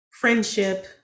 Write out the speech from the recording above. friendship